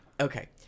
Okay